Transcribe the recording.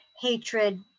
hatred